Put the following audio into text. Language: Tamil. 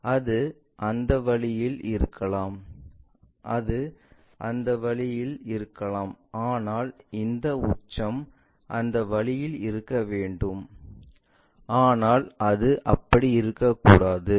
அது அந்த வழியில் இருக்கலாம் அது அந்த வழியில் இருக்கலாம் ஆனால் இந்த உச்சம் அந்த வழியில் இருக்க வேண்டும் ஆனால் அது அப்படி இருக்கக்கூடாது